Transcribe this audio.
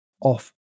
off